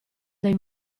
dai